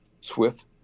swift